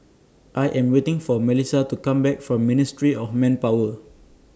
I Am waiting For Melissia to Come Back from Ministry of Manpower